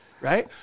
Right